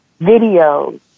videos